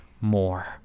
more